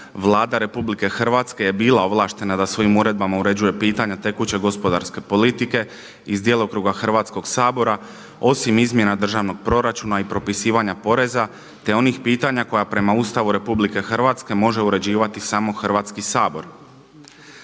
Vlada Republike Hrvatske je bila ovlaštena da svojim uredbama uređuje pitanja tekuće gospodarske politike iz djelokruga Hrvatskog sabora osim izmjena državnog proračuna i propisivanja poreza, te onih pitanja koja prema Ustavu Republike Hrvatske može uređivati samo Hrvatski sabor.